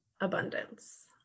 abundance